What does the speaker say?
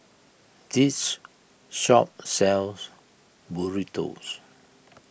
this shop sells Burritos